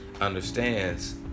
understands